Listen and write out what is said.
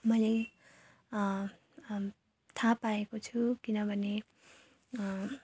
मैले थाहा पाएको छु किनभने